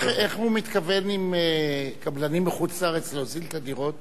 איך הוא מתכוון עם קבלנים מחוץ-לארץ להוזיל את הדירות?